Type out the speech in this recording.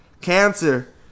cancer